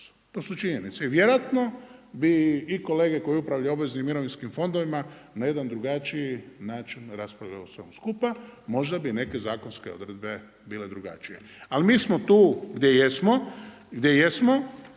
to su činjenice. I vjerojatno bi i kolege koje upravljaju obveznim mirovinskim fondovima na jedan drugačiji način raspravljale o svemu skupa, možda bi neke zakonske odredbe bile drugačije. Ali mi smo tu gdje jesmo,